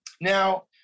now